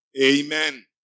Amen